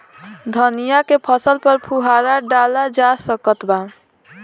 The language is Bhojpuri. धनिया के फसल पर फुहारा डाला जा सकत बा?